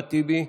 אחמד טיבי,